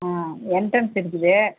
ஆ entrance இருக்குது